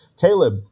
caleb